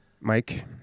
Mike